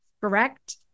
Correct